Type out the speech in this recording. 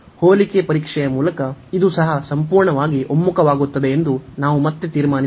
ಹೋಲಿಕೆ ಪರೀಕ್ಷೆಯ ಮೂಲಕ ಇದು ಸಹ ಸಂಪೂರ್ಣವಾಗಿ ಒಮ್ಮುಖವಾಗುತ್ತದೆ ಎಂದು ನಾವು ಮತ್ತೆ ತೀರ್ಮಾನಿಸಬಹುದು